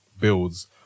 builds